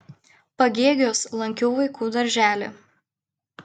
pagėgiuos lankiau vaikų darželį